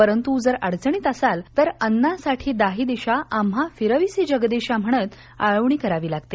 परंतु जर अडचणीत असाल तर अन्ना साठी दाही दिशा आम्हा फिरवीसी जगदिशा म्हणत आळवणी करावी लागते